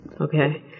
Okay